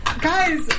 guys